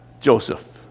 Joseph